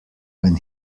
when